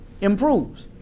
improves